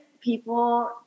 people